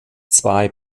zwei